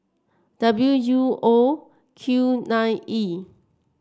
W U O Q nine E